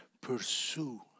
Pursue